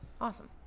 Awesome